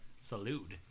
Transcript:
salute